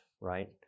right